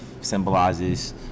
symbolizes